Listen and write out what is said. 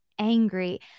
angry